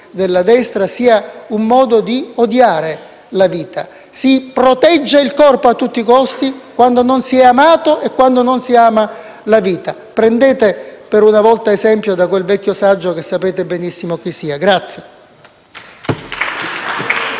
della destra, sia un modo di odiare la vita. Si protegge il corpo a tutti i costi quando non si è amato e quando non si ama la vita. Prendete esempio, per una volta, da quel vecchio saggio che sapete benissimo chi sia.